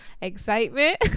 excitement